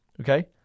Okay